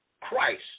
Christ